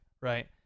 right